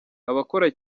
abakora